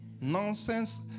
Nonsense